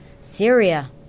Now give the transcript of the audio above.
Syria